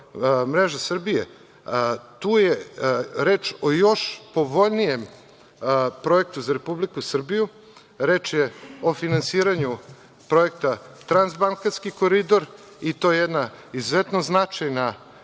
Srbije“, tu je reč o još povoljnijem projektu za Republiku Srbiju. Reč je o finansiranju projekta Transbalkanski koridor i to je jedna izuzetno značajna